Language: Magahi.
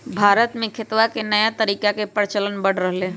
भारत में खेतवा के नया तरीका के प्रचलन बढ़ रहले है